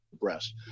breast